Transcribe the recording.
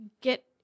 get